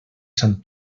sant